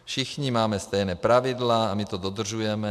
Všichni máme stejná pravidla a my to dodržujeme.